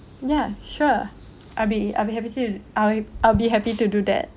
ya sure I'll be I'll be happy to I'll I'll be happy to do that